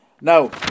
Now